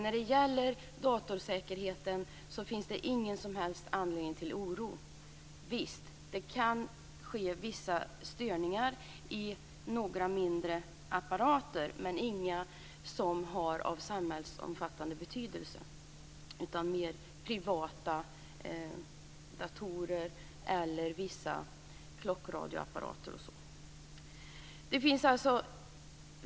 När det gäller datorsäkerheten finns det ingen som helst anledning till oro. Visst kan det inträffa vissa störningar i några mindre apparater, men inte i några som har samhällsomfattande betydelse, utan det gäller privata datorer, klockradioapparater o.d.